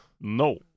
No